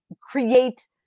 create